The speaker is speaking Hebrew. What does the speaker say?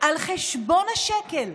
על חשבון השקל,